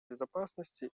безопасности